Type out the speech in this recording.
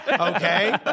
Okay